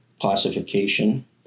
classification